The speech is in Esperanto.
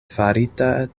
farita